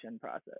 process